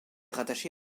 rattaché